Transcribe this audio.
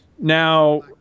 Now